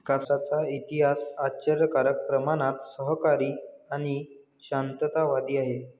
कापसाचा इतिहास आश्चर्यकारक प्रमाणात सहकारी आणि शांततावादी आहे